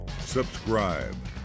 subscribe